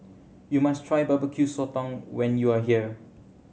you must try Barbecue Sotong when you are here